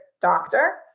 doctor